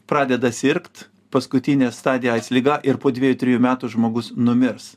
pradeda sirgt paskutinė stadija aids liga ir po dviejų trijų metų žmogus numirs